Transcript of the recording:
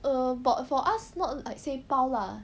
err but for us not like say 包 lah